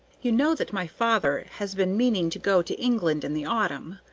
you know that my father has been meaning to go to england in the autumn?